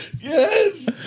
Yes